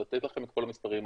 לתת לכם את כל המספרים.